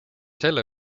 selle